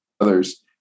others